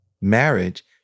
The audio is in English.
Marriage